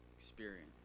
experience